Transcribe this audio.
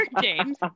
James